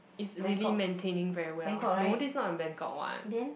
is really maintaining very well no this not a Bangkok one